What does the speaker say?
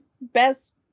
Best